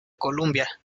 columbia